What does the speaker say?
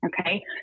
okay